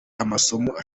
amasomo